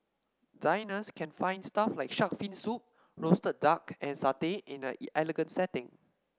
diners can find stuff like shark fin soup roasted duck and satay in an elegant setting